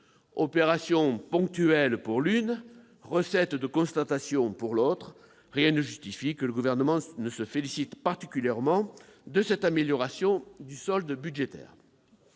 Opération ponctuelle pour l'une, recette de constatation pour l'autre : rien ne justifie que le Gouvernement ne se félicite pas particulièrement de cette amélioration du solde budgétaire.